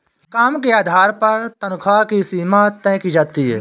काम के आधार पर तन्ख्वाह की सीमा तय की जाती है